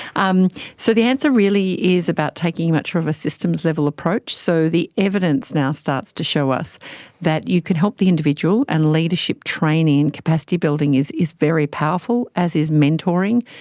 um so the answer really is about taking much more of a systems level approach. so the evidence now starts to show us that you can help the individual and leadership training and capacity building is is very powerful, as is mentoring,